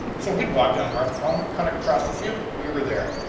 so we'd walk down martha cullimore, cut across the field, we were there.